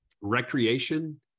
recreation